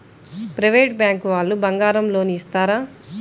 Private bank వాళ్ళు బంగారం loan ఇస్తారా?